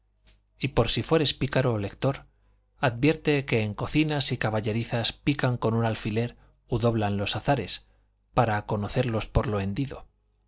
y por si fueres pícaro lector advierte que en cocinas y caballerizas pican con un alfiler u doblan los azares para conocerlos por lo hendido